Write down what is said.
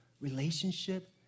relationship